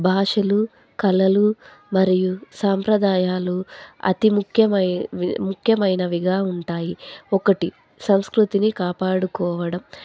భాషలు కళలు మరియు సాంప్రదాయాలు అతి ముఖ్యమైన ముఖ్యమైనవిగా ఉంటాయి ఒకటి సంస్కృతిని కాపాడుకోవడం